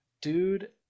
dude